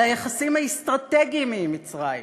על היחסים האסטרטגיים עם מצרים,